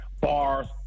Bars